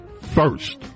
first